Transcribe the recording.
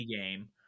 game